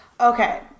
Okay